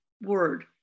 word